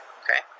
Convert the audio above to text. okay